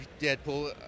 Deadpool